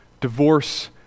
divorce